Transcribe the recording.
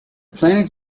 planet